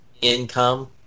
income